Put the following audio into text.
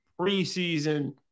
preseason